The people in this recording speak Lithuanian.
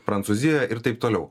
prancūzijoje ir taip toliau